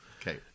Okay